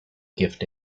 gift